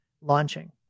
launching